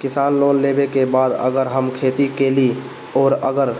किसान लोन लेबे के बाद अगर हम खेती कैलि अउर अगर